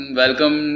welcome